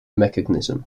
mechanism